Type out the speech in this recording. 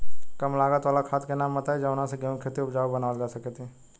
कम लागत वाला खाद के नाम बताई जवना से गेहूं के खेती उपजाऊ बनावल जा सके ती उपजा?